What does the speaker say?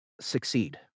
succeed